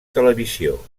televisió